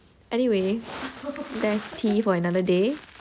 anyway that's tea for another day